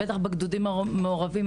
בטח בגדודים מעורבים,